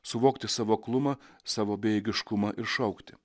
suvokti savo aklumą savo bejėgiškumą ir šaukti